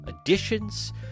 additions